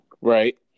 Right